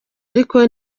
ariko